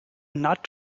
not